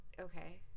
Okay